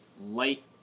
light